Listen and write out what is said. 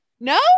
No